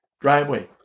driveway